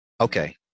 Okay